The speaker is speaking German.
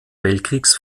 weltkriegs